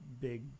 big